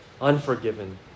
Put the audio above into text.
unforgiven